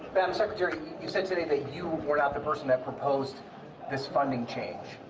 madam secretary, you said today that you were not the person that proposed this funding change.